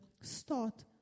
start